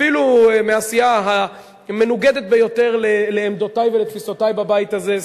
אפילו מהסיעה המנוגדת ביותר לדעותי ולתפיסותי בבית הזה,